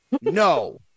no